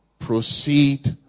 Proceed